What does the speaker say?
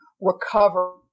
recover